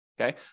Okay